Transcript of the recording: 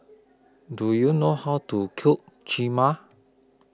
Do YOU know How to Cook Cheema